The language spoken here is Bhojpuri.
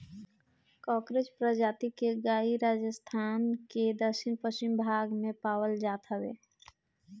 कांकरेज प्रजाति के गाई राजस्थान के दक्षिण पश्चिम भाग में पावल जात हवे